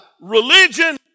religion